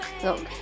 Look